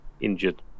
injured